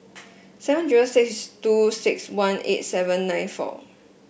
seven zero six two six one eight seven nine four